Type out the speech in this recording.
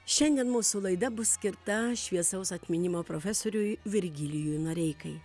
šiandien mūsų laida bus skirta šviesaus atminimo profesoriui virgilijui noreikai